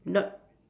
not